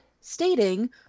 stating